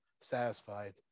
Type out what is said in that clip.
satisfied